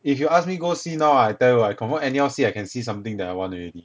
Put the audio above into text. if you ask me go see now ah I tell you ah I confirm anyhow see I can see something that I want already